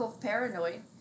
paranoid